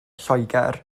lloegr